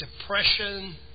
depression